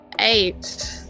eight